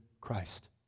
Christ